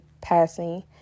passing